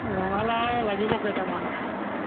ৰঙালাও লাগিব কেইটামান